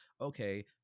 okay